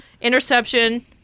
interception